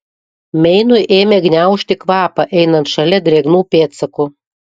meinui ėmė gniaužti kvapą einant šalia drėgnų pėdsakų